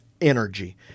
energy